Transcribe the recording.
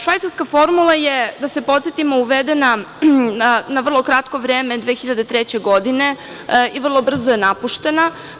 Švajcarska formula je, da se podsetimo, uvedena na vrlo kratko vreme 2003. godine, i vrlo brzo je napuštena.